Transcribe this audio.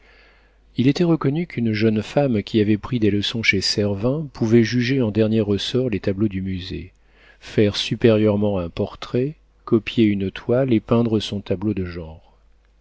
il était reconnu qu'une jeune femme qui avait pris des leçons chez servin pouvait juger en dernier ressort les tableaux du musée faire supérieurement un portrait copier une toile et peindre son tableau de genre